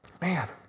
Man